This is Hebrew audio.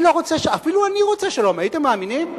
אפילו אני רוצה שלום, הייתם מאמינים?